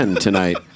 tonight